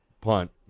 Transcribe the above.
punt